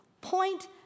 point